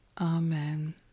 Amen